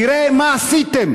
תראה מה עשיתם.